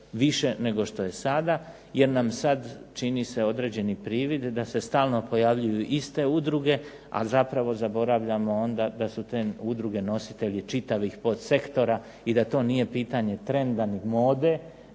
više nego što je sada jer nam sad čini se određeni privid da se stalno pojavljuju iste udruge, a zapravo zaboravljamo onda da su te udruge nositelji čitavih pod sektora i da to nije pitanje trenda nit mode,